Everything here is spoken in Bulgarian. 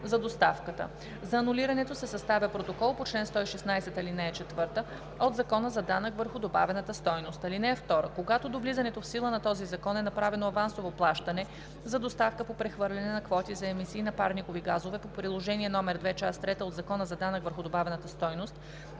за доставката. За анулирането се съставя протокол по чл. 116, ал. 4 от Закона за данък върху добавената стойност. (2) Когато до влизането в сила на този закон е направено авансово плащане за доставка по прехвърляне на квоти за емисии на парникови газове по приложение № 2, част трета от Закона за данък върху добавената стойност,